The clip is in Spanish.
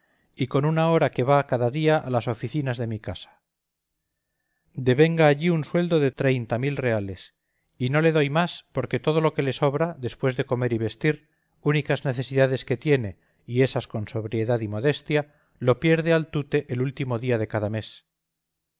y con una hora que va cada día a las oficinas de mi casa devenga allí un sueldo de treinta mil reales y no le doy más porque todo lo que le sobra después de comer y vestir únicas necesidades que tiene y esas con sobriedad y modestia lo pierde al tute el último día de cada mes